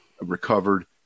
recovered